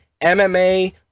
mma